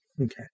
Okay